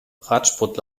radsport